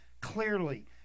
clearly